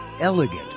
elegant